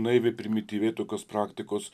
naiviai primityviai tokios praktikos